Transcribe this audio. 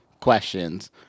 questions